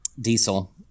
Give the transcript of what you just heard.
Diesel